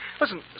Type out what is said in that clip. Listen